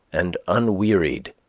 and unwearied.